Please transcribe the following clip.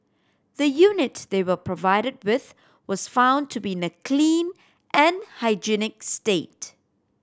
the unit they were provided with was found to be in a clean and hygienic state